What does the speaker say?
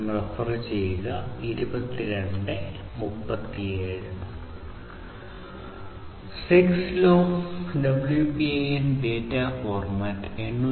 6LoWPAN data format 802